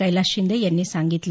कैलास शिंदे यांनी सांगितलं